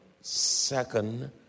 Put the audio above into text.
second